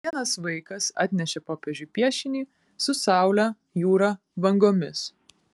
vienas vaikas atnešė popiežiui piešinį su saule jūra bangomis